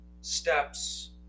steps